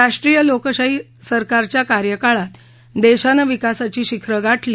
राष्ट्रीय लोकशाही आघाडी सरकारच्या कार्यकाळात देशानं विकासाची शिखरं गाठली